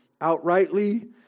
outrightly